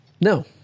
No